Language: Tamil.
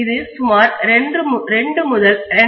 இது சுமார் 2 முதல் 2